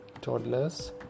toddlers